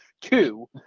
Two